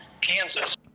Kansas